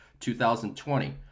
2020